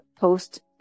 post